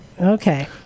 Okay